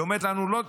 היא אומרת לנו: לא,